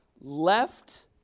left